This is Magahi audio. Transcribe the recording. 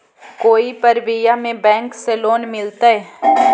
कोई परबिया में बैंक से लोन मिलतय?